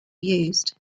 used